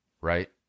right